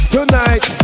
Tonight